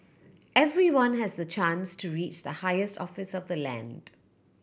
everyone has the chance to reach the highest office of the land